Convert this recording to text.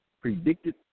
predicted